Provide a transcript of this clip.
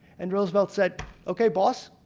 and roosevelt said okay boss.